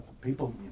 people